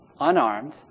unarmed